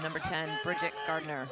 number ten gardner